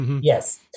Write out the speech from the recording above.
Yes